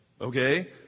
Okay